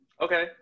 okay